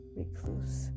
recluse